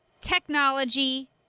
technology